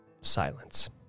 silence